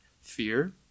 fear